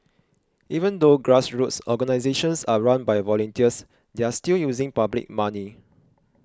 even though grassroots organisations are run by volunteers they are still using public money